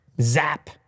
Zap